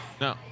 No